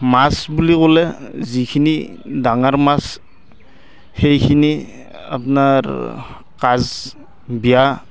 মাছ বুলি ক'লে যিখিনি ডাঙৰ মাছ সেইখিনি আপোনাৰ কাজ বিয়া